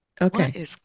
Okay